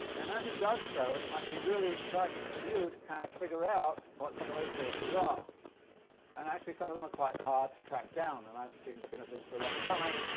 and as he does so it might be really exciting for you to kind of figure out what some of those sources are, and actually some of them quite hard to track down, and i've been looking at this for a long time.